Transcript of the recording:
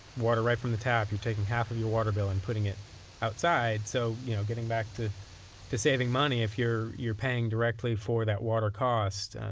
water right from the tap, you're taking half of your water bill and putting it outside. so you know getting back to to saving money, if you're paying directly for that water cost,